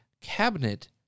cabinet